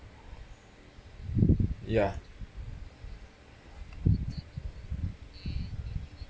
ya